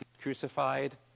crucified